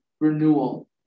renewal